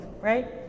right